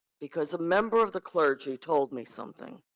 because a member of the clergy told me something.